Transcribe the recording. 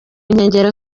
nkengero